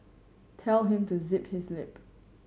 tell him to zip his lip